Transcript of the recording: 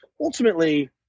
ultimately